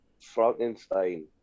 Frankenstein